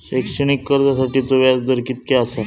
शैक्षणिक कर्जासाठीचो व्याज दर कितक्या आसा?